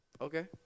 Okay